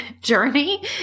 journey